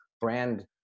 brand